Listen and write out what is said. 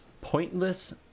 pointless